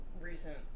Recent